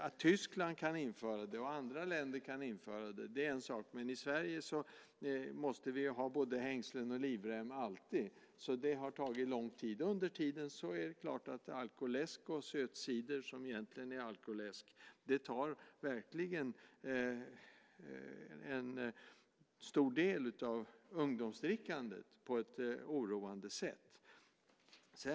Att Tyskland och andra länder kan införa det är en sak, men i Sverige måste vi alltid ha både hängslen och livrem. Det har tagit lång tid. Under tiden har alkoläsk och sötcider, som egentligen är alkoläsk, på ett oroande sätt blivit en stor del av ungdomsdrickandet.